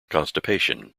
constipation